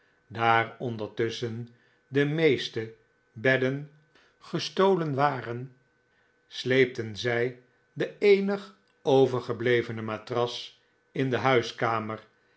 daar ondertus schen de meeste bedden gestolen waren sleepten zij de eenig overgeblevene matras in de huiskamer